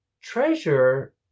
Treasure